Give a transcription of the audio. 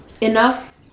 enough